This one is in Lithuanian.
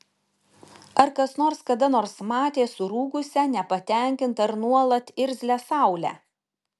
ar kas nors kada nors matė surūgusią nepatenkintą ar nuolat irzlią saulę